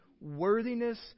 worthiness